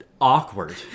awkward